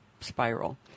spiral